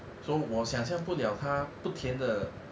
so 我想像不了它不甜的